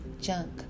junk